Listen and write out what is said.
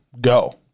go